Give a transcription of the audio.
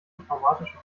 traumatische